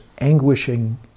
anguishing